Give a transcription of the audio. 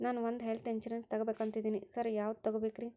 ನಾನ್ ಒಂದ್ health insurance ತಗಬೇಕಂತಿದೇನಿ sir ಯಾವದ ತಗಬೇಕ್ರಿ?